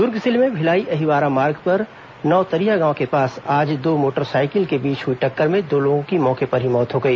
दुर्ग जिले में भिलाई अहिवारा मार्ग पर नवतरिया गांव के पास आज दो मोटरसाइकिल के बीच हुई टक्कर में दो लोगों की मौके पर ही मौत हो गई